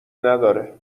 نداره